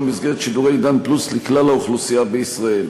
במסגרת שידורי "עידן פלוס" לכלל האוכלוסייה בישראל.